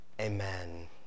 Amen